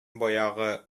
баягы